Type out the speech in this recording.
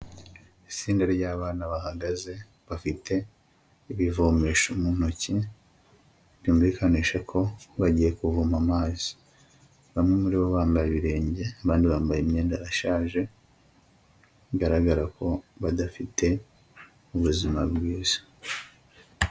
Itsinda ry'abana bahagaze bafite ibivomesho mu ntoki, byumvikanisha ko bagiye kuvoma amazi, bamwe muri bo bambaye ibirenge abandi bambaye imyenda yashaje bigaragara ko badafite ubuzima bwiza.